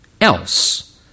else